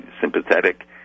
sympathetic